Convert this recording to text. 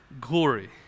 glory